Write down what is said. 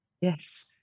Yes